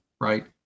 right